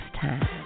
time